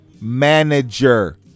Manager